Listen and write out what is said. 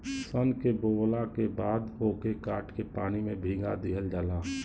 सन के बोवला के बाद ओके काट के पानी में भीगा दिहल जाला